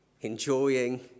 enjoying